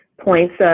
points